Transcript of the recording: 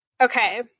Okay